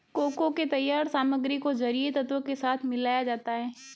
cocoa के तैयार सामग्री को छरिये तत्व के साथ मिलाया जाता है